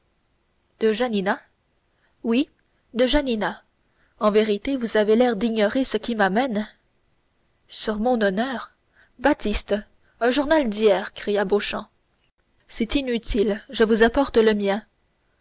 oui de janina en vérité vous avez l'air d'ignorer ce qui m'amène sur mon honneur baptiste un journal d'hier cria beauchamp c'est inutile je vous apporte le mien